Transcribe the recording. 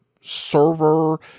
server